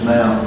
Now